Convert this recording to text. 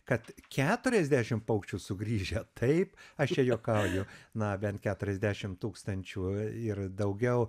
kad keturiasdešimt paukščių sugrįžę taip aš čia juokauju na bent keturiasdešimt tūkstančių ir daugiau